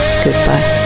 goodbye